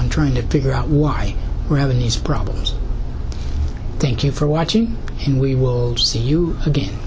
on trying to figure out why we're having these problems thank you for watching and we will see you again